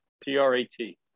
P-R-A-T